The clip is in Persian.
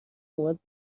اومد